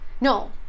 no